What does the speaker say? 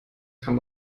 kann